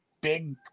big